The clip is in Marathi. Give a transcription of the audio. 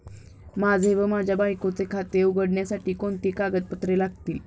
माझे व माझ्या बायकोचे खाते उघडण्यासाठी कोणती कागदपत्रे लागतील?